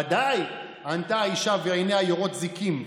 ודאי, ענתה האישה ועיניה יורות זיקים.